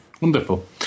Wonderful